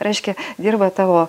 reiškia dirba tavo